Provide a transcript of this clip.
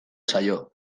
zaio